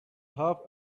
half